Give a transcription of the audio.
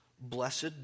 blessed